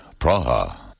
Praha